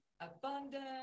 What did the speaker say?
abundance